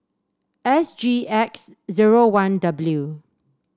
S G X zero one W